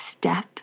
step